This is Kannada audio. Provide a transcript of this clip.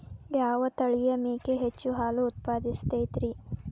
ಯಾವ ತಳಿಯ ಮೇಕೆ ಹೆಚ್ಚು ಹಾಲು ಉತ್ಪಾದಿಸತೈತ್ರಿ?